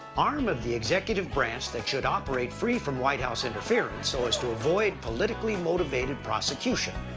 arm of the executive branch that should operate free from white house interference so as to avoid politically motivated prosecution.